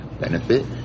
benefit